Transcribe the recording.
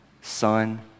Son